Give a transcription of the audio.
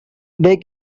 they